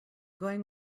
going